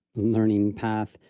learning path.